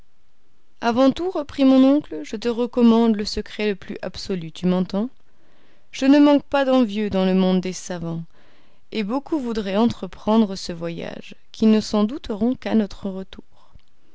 avant tout reprit mon oncle je te recommande le secret le plus absolu tu m'entends je ne manque pas d'envieux dans le monde des savants et beaucoup voudraient entreprendre ce voyage qui ne s'en douteront qu'à notre retour